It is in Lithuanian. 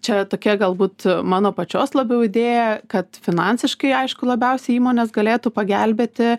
čia tokia galbūt mano pačios labiau idėja kad finansiškai aišku labiausiai įmonės galėtų pagelbėti